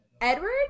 Edward